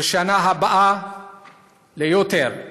בשנה הבאה להגיע ליותר.